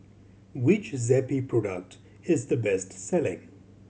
which Zappy product is the best selling